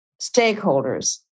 stakeholders